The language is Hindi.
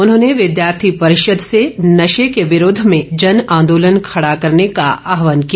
उन्होंने विद्यार्थी परिषद से नशे के विरोध में जनआंदोलन खड़ा करने का आहबान किया